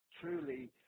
truly